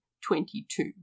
twenty-two